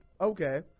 Okay